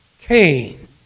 Cain